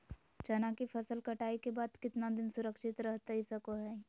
चना की फसल कटाई के बाद कितना दिन सुरक्षित रहतई सको हय?